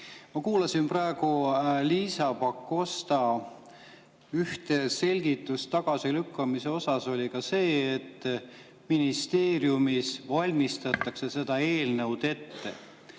Ma kuulasin praegu Liisa Pakosta ühte selgitust tagasilükkamise kohta, mis oli see, et ministeeriumis valmistatakse seda eelnõu ette